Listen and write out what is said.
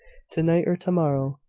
to-night or to-morrow,